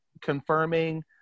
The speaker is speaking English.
confirming